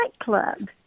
nightclubs